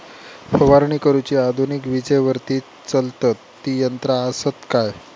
फवारणी करुची आधुनिक विजेवरती चलतत ती यंत्रा आसत काय?